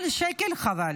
כל שקל, חבל.